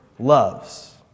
Loves